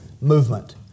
movement